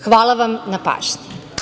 Hvala vam na pažnji.